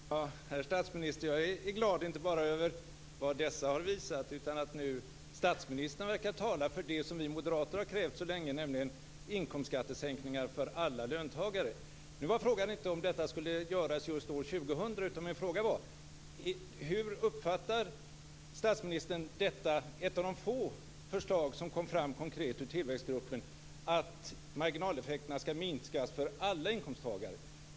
Fru talman! Herr statsminister! Jag är glad inte bara över vad dessa har visat utan över att statsministern nu verkar tala för det som vi moderater har krävt så länge, nämligen inkomstskattesänkningar för alla löntagare. Nu var frågan inte om detta skulle göras just år 2000, utan min fråga var: Hur uppfattar statsministern ett av de få konkreta förslagen som kom fram från tillväxtgruppen, att marginaleffekterna skall minskas för alla inkomsttagare?